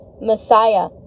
Messiah